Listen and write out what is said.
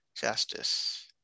justice